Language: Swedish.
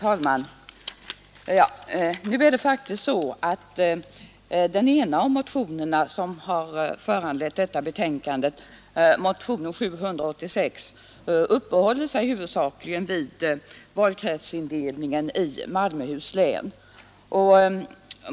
Herr talman! Det är faktiskt så att den ena av de motioner som har föranlett detta betänkande, motionen 786, huvudsakligen uppehåller sig vid valkretsindelningen i Malmöhus län.